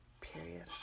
period